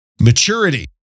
maturity